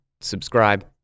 subscribe